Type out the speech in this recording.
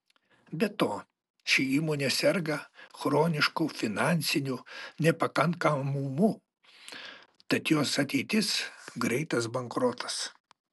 be to ši įmonė serga chronišku finansiniu nepakankamumu tad jos ateitis greitas bankrotas